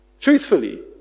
Truthfully